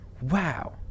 wow